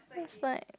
that's like